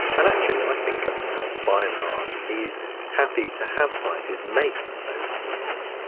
and actually i think government by and large is happy to have scientists make those arguments.